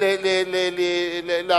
להחליט.